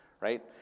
right